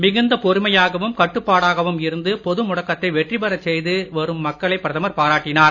மிகுந்த பொறுமையாகவும் கட்டுப்பாடாகவும் இருந்து பொது முடக்கத்தை வெற்றிபெறச் செய்து வரும் மக்களை பிரதமர் பாராட்டினார்